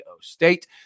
State